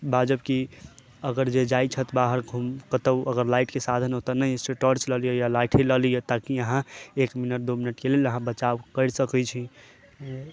बाजब कि अगर जे जाइ छथि बाहर घूमय कतहु अगर लाइटके साधन ओतय नहि अछि टॉर्च लऽ लिअ या लाइट ही लऽ लिअ ताकि अहाँ एक मिनट दू मिनटके लेल अहाँ बचाव करि सकै छी